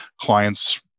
clients